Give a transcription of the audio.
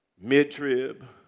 mid-trib